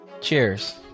cheers